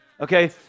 Okay